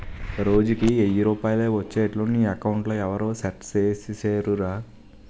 రోజుకి ఎయ్యి రూపాయలే ఒచ్చేట్లు నీ అకౌంట్లో ఎవరూ సెట్ సేసిసేరురా